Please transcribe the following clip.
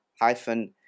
hyphen